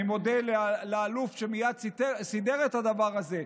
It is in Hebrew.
אני מודה לאלוף שמייד סידר את הדבר הזה,